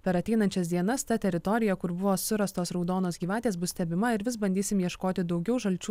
per ateinančias dienas ta teritorija kur buvo surastos raudonos gyvatės bus stebima ir vis bandysim ieškoti daugiau žalčių